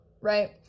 right